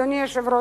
אדוני היושב-ראש,